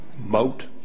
moat